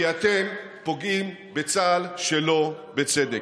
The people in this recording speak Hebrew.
כי אתם פוגעים בצה"ל שלא בצדק.